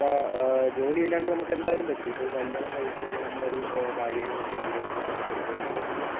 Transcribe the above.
ഇപ്പം ജോലി ഇല്ലാണ്ട് നമുക്കെന്തായാലും പറ്റില്ല ഇപ്പോൾ ഒരു കല്യാണം കഴിച്ച് കഴിഞ്ഞാൽ നമ്മടെ ഒരു ഭാര്യേനെ നോക്കണെങ്കിലും ഇപ്പം കല്യാണം കഴിച്ച് കഴിഞ്ഞാൽ